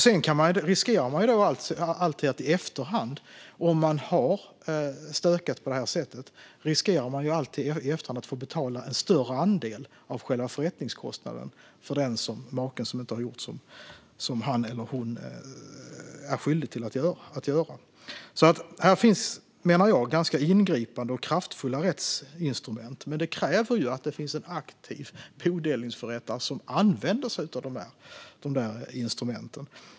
Den som har stökat på det här sättet och inte gjort som han eller hon är skyldig att göra riskerar alltid att i efterhand få betala en större andel av själva förrättningskostnaden. Jag menar att här finns ganska ingripande och kraftfulla rättsinstrument. Men det krävs att det finns en aktiv bodelningsförrättare som använder sig av instrumenten.